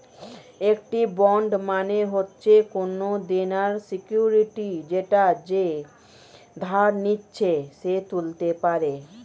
একটি বন্ড মানে হচ্ছে কোনো দেনার সিকিউরিটি যেটা যে ধার নিচ্ছে সে তুলতে পারে